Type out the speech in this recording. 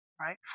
right